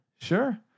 Sure